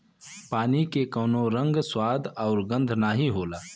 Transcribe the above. पानी के कउनो रंग, स्वाद आउर गंध नाहीं होला